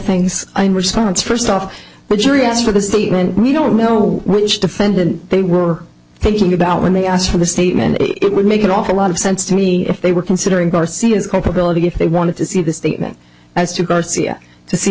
things response first off the jury asked for the statement we don't know which offended they were thinking about when they asked for the statement it would make an awful lot of sense to me if they were considering garcia's culpability if they wanted to see the statement as to garcia to see